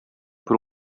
por